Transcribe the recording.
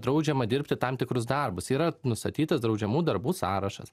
draudžiama dirbti tam tikrus darbus yra nustatytas draudžiamų darbų sąrašas